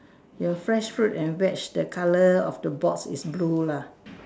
your fresh fruit and veg the colour of the box is blue lah